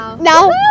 now